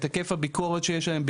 את היקף הביקורת שיש עליהם,